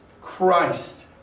Christ